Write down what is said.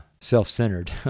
self-centered